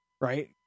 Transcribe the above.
Right